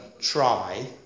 try